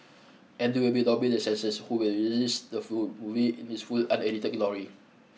and they will lobby the censors who will release the full movie in its full unedited glory